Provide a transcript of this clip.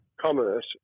commerce